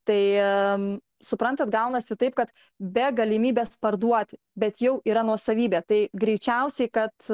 tai suprantate gaunasi taip kad be galimybės parduoti bet jau yra nuosavybė tai greičiausiai kad